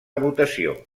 votació